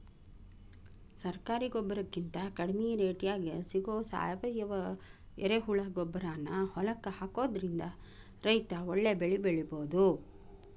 ಸರಕಾರಿ ಗೊಬ್ಬರಕಿಂತ ಕಡಿಮಿ ರೇಟ್ನ್ಯಾಗ್ ಸಿಗೋ ಸಾವಯುವ ಎರೆಹುಳಗೊಬ್ಬರಾನ ಹೊಲಕ್ಕ ಹಾಕೋದ್ರಿಂದ ರೈತ ಒಳ್ಳೆ ಬೆಳಿ ಬೆಳಿಬೊದು